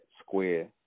square